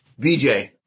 VJ